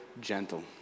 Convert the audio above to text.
gentle